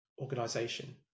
organization